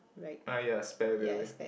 uh ya spare wheel